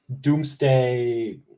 Doomsday